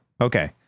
okay